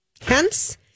Hence